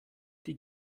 die